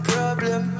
Problem